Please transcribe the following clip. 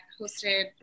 hosted